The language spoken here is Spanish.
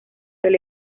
del